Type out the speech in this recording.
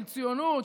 של ציונות,